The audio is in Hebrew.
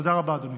תודה רבה, אדוני.